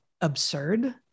absurd